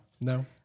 no